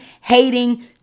hating